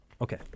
Okay